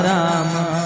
Rama